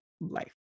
life